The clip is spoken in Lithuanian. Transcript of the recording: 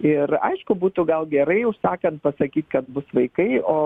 ir aišku būtų gal gerai užsakant pasakyti kad bus vaikai o